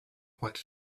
what